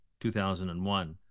2001